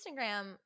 Instagram